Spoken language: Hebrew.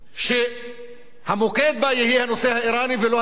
שהמוקד בה יהיה הנושא האירני ולא הנושא הפלסטיני.